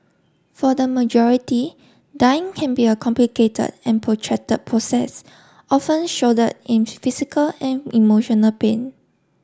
for the majority dying can be a complicated and protracted process often shrouded in physical and emotional pain